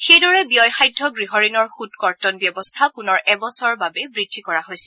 সেইদৰে ব্যয়সাধ্য গৃহঋণৰ সুদ কৰ্তন ব্যৱস্থা পুনৰ এবছৰৰ বাবে বৃদ্ধি কৰা হৈছে